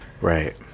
Right